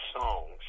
songs